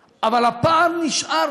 שקלים, אבל הפער נשאר